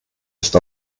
ist